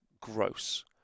gross